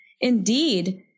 indeed